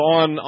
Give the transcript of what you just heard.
on